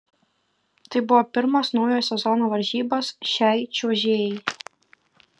tai buvo pirmos naujo sezono varžybos šiai čiuožėjai